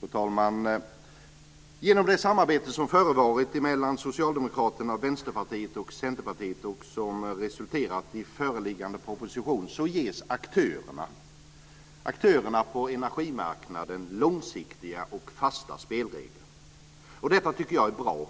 Fru talman! Genom det samarbete som har förevarit mellan Socialdemokraterna, Vänsterpartiet och Centerpartiet och som har resulterat i föreliggande proposition ges aktörerna på energimarknaden långsiktiga och fasta spelregler. Detta tycker jag är bra.